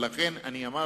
לכן אמרתי: